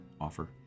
offer